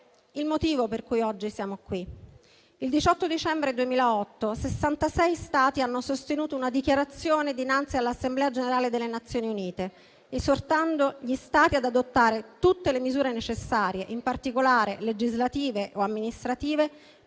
Il motivo per cui oggi siamo qui è che, il 18 dicembre 2008, 66 Stati hanno sostenuto una dichiarazione dinanzi all'Assemblea generale delle Nazioni Unite, esortando gli Stati ad adottare tutte le misure necessarie, in particolare legislative o amministrative,